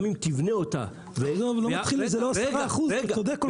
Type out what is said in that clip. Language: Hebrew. גם אם תבנה אותה --- זה לא 10%, אתה צודק כל כך.